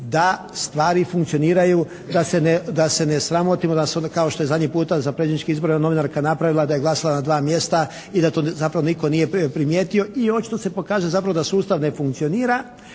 da stvari funkcioniraju da se ne sramotimo, da se ono, kao što je zadnji puta za predsjedničke izbore napravila da je glasala na dva mjesta i da to zapravo nitko nije primjerio. I očito se pokazuje zapravo da sustav ne funkcionira